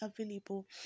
available